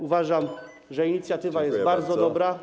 Uważam, że inicjatywa jest bardzo dobra.